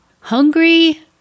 Hungry